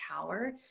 power